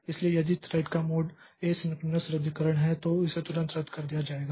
इसलिए यदि थ्रेड का मोड एसिंक्रोनस रद्दीकरण है तो इसे तुरंत रद्द कर दिया जाएगा